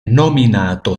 nominato